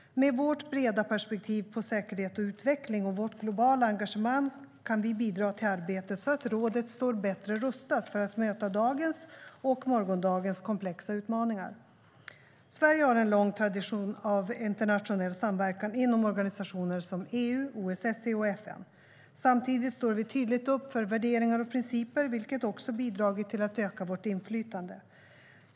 Med vårt breda perspektiv på säkerhet och utveckling och vårt globala engagemang kan vi bidra till arbetet så att rådet står bättre rustat för att möta dagens, och morgondagens, komplexa utmaningar. Sverige har en lång tradition av internationell samverkan inom organisationer som EU, OSSE och FN. Samtidigt står vi tydligt upp för värderingar och principer, vilket också bidragit till att öka vårt inflytande.